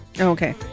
Okay